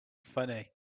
funny